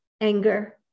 anger